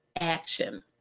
action